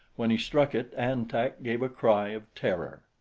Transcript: when he struck it, an-tak gave a cry of terror.